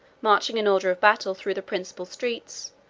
marching in order of battle through the principal streets,